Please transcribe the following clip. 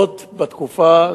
עוד בתקופה,